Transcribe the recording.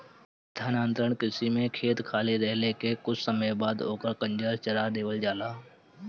स्थानांतरण कृषि में खेत खाली रहले के कुछ समय बाद ओकर कंजास जरा देवल जाला